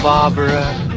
Barbara